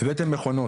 הבאתם מכונות,